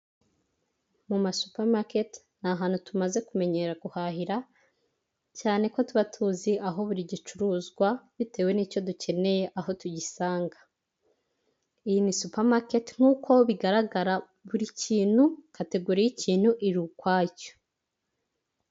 Mu ma supamaketi ni ahantu tumaze kumenyera guhahira, cyane ko tuba tuzi aho buri gicuruzwa bitewe n'cyo dukeneye aho tugisanga. Iyi ni supamaketi nk'uko bigaragara buri kintu kategori y'ikintu iri ukwacyo.